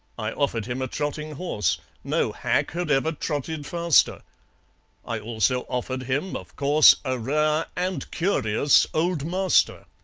i offered him a trotting horse no hack had ever trotted faster i also offered him, of course, a rare and curious old master.